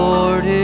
Lord